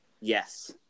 Yes